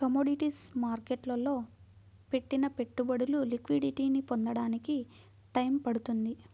commodities మార్కెట్టులో పెట్టిన పెట్టుబడులు లిక్విడిటీని పొందడానికి టైయ్యం పడుతుంది